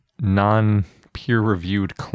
non-peer-reviewed